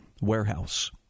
warehouse